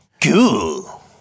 Cool